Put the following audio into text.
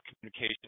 communication